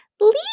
leave